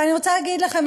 ואני רוצה להגיד לכם,